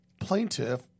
plaintiff